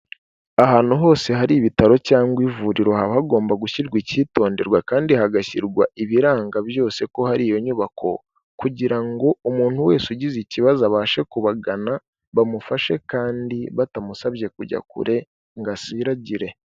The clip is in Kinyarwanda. Ahantu hose hari ibitaro cyangwa ivuriro haba hagomba gushyirwa icyitonderwa kandi hagashyirwa ibiranga byose ko hari iyo nyubako kugira ngo umuntu wese ugize ikibazo abashe kubagana bamufashe kandi batamusabye kujya kure ngo asiragire.